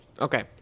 Okay